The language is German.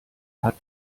hat